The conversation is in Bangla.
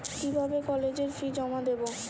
কিভাবে কলেজের ফি জমা দেবো?